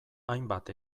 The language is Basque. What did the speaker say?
hainbat